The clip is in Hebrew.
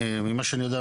ממה שאני יודע,